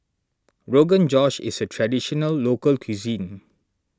Rogan Josh is a Traditional Local Cuisine